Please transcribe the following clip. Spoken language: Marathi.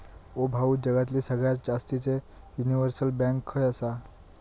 ओ भाऊ, जगातली सगळ्यात जास्तीचे युनिव्हर्सल बँक खय आसा